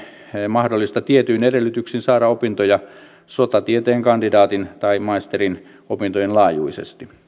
mahdollista tietyin edellytyksin saada opintoja sotatieteiden kandidaatin tai maisterin opintojen laajuisesti